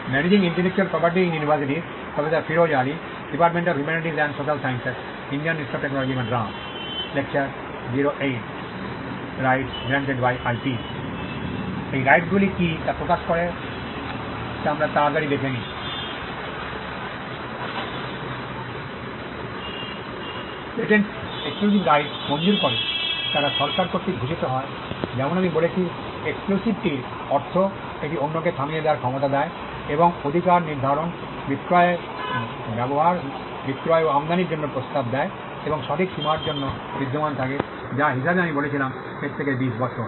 patents exclusive rights মঞ্জুর করে তারা সরকার কর্তৃক ভূষিত হয় যেমন আমি বলেছি এক্সক্লুসিভিটির অর্থ এটি অন্যকে থামিয়ে দেওয়ার ক্ষমতা দেয় এবং অধিকার নির্ধারণ বিক্রয় ব্যবহার বিক্রয় ও আমদানির জন্য প্রস্তাব দেয় এবং সঠিক সময়সীমার জন্য বিদ্যমান থাকে যা হিসাবে আমি বলেছিলাম এর থেকে বিশ বছর